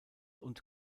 und